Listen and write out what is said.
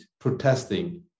protesting